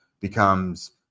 becomes